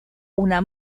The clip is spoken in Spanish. una